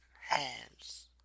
hands